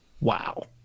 wow